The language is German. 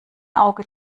auge